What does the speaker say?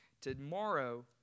Tomorrow